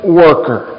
worker